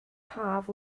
haf